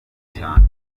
cyane